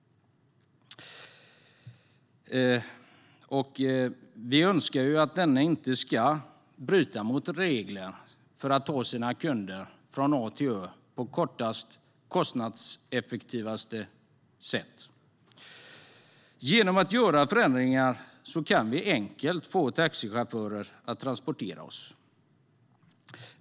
Vi önskar ju att taxichaufförer inte ska bryta mot regler för att ta sina kunder från A till Ö på snabbaste och kostnadseffektivaste sätt. Genom att göra förändringar kan vi göra det enkelt för dem att transportera oss.